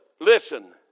Listen